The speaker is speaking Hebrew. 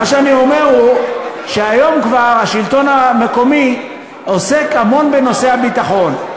מה שאני אומר הוא שהיום השלטון המקומי כבר עוסק המון בנושא הביטחון.